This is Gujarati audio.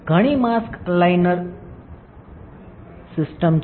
ઘણી માસ્ક અલાઈનર સિસ્ટમ્સ છે